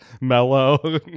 mellow